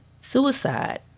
Suicide